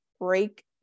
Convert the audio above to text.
break